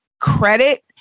credit